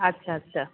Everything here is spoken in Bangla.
আচ্ছা আচ্ছা